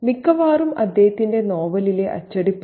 മിക്കവാറും അദ്ദേഹത്തിന്റെ നോവലിലെ അച്ചടിപ്പിഴ